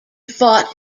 fought